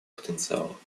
потенциала